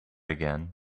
again